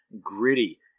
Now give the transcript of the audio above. gritty